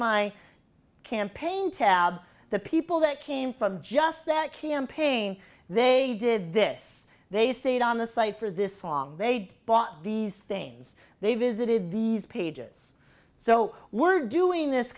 my campaign tab the people that came from just that campaign they did this they see it on the site for this song they'd bought these things they visited these pages so we're doing this